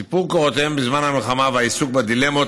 סיפור קורותיהם בזמן המלחמה והעיסוק בדילמות